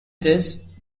this